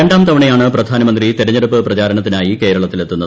രണ്ടാം തവണയാണ് പ്രധാനമന്ത്രി തെരഞ്ഞെടുപ്പ് പ്രചാരണത്തിനായി കേരളത്തിലെത്തുന്നത്